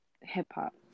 hip-hop